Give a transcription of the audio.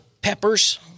Peppers